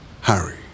Harry